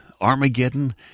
Armageddon